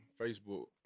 Facebook